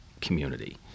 community